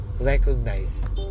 recognize